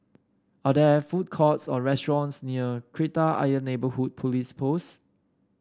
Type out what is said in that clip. are there food courts or restaurants near Kreta Ayer Neighbourhood Police Post